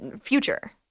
future